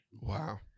Wow